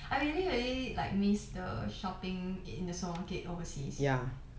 I really really like miss the shopping in the supermarket overseas